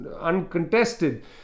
uncontested